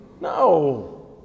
No